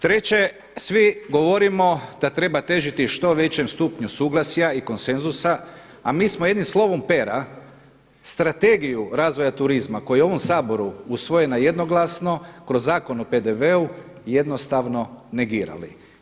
Treće, svi govorimo da treba težiti što većem stupnju suglasja i konsenzusa, a mi smo jednim slovom pera Strategiju razvoja turizma koja je u ovom Saboru usvojena jednoglasno kroz Zakon o PDV-u jednostavno negirali.